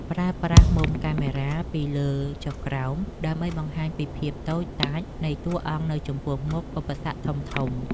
ប្រើប្រាស់មុំកាមេរ៉ាពីលើចុះក្រោមដើម្បីបង្ហាញពីភាពតូចតាចនៃតួអង្គនៅចំពោះមុខឧបសគ្គធំៗ។